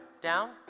Down